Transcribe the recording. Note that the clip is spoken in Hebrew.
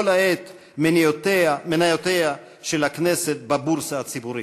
העת מניותיה של הכנסת בבורסה הציבורית.